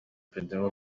pletnyova